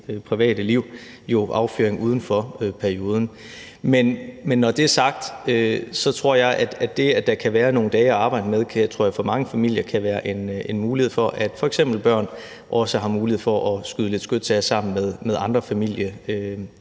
private liv, jo affyring uden for perioden. Men når det er sagt, tror jeg, at det, at der kan være nogle dage at arbejde med, for mange familier kan være en mulighed for, at f.eks. børn også har mulighed for at skyde lidt skyts af sammen med andre